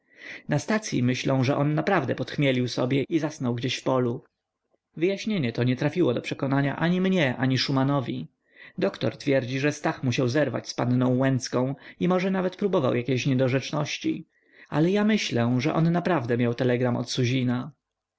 na stacyi myślą że on naprawdę podchmielił sobie i zasnął gdzieś w polu wyjaśnienie to nie trafiło do przekonania ani mnie ani szumanowi doktor twierdzi że stach musiał zerwać z panną łęcką i może nawet próbował jakiej niedorzeczności ale ja myślę że on naprawdę miał telegram od